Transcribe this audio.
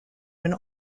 when